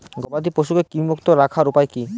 গবাদি পশুকে কৃমিমুক্ত রাখার উপায় কী?